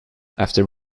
after